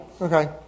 Okay